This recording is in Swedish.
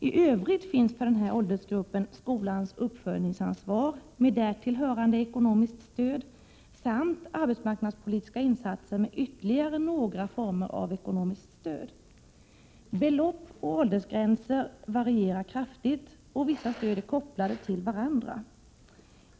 I övrigt finns för den här åldersgruppen skolans uppföljningsansvar, med därtill hörande ekonomiskt stöd, samt arbetsmarknadspolitiska insatser med ytterligare några former av ekonomiskt stöd. Belopp och åldersgränser varierar kraftigt, och vissa stöd är kopplade till varandra.